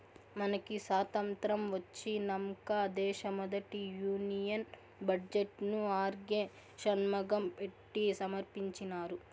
మనకి సాతంత్రం ఒచ్చినంక దేశ మొదటి యూనియన్ బడ్జెట్ ను ఆర్కే షన్మగం పెట్టి సమర్పించినారు